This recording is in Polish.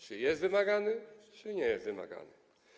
Czy jest wymagany, czy nie jest wymagany?